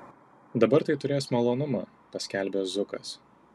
dabar tai turės malonumą paskelbė zukas